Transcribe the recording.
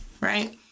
right